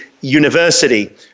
university